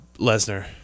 Lesnar